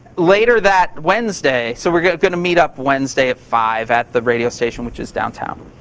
later that wednesday. so we're gonna gonna meet up wednesday at five at the radio station which is downtown.